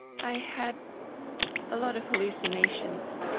i had a lot of hallucinations,